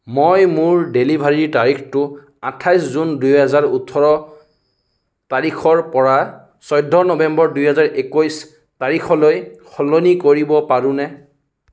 মই মোৰ ডেলিভাৰীৰ তাৰিখটো আঠাইছ জুন দুহেজাৰ ওঠৰ তাৰিখৰ পৰা চৈধ্য নৱেম্বৰ দুহেজাৰ একৈছ তাৰিখলৈ সলনি কৰিব পাৰোঁনে